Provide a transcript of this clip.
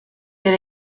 that